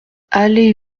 allée